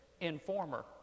Informer